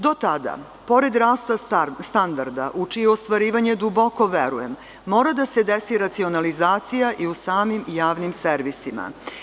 Do tada, pored rasta standarda u čije ostvarivanje duboko verujem, mora da se deci racionalizacija i u samim javnim servisima.